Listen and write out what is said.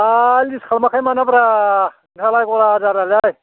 आह लिस खालामाखै मानोब्रा नोंहालाय बहा आजारालाय